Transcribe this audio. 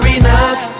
enough